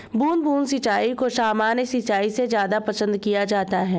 बूंद बूंद सिंचाई को सामान्य सिंचाई से ज़्यादा पसंद किया जाता है